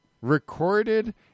recorded